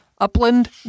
upland